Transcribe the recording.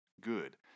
good